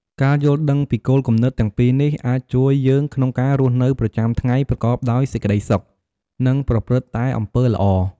ការយល់ដឹងពីគោលគំនិតទាំងពីរនេះ អាចជួយយើងក្នុងការរស់នៅប្រចាំថ្ងៃប្រកបដោយសេចក្តីសុខ និងប្រព្រឹត្តតែអំពើល្អ។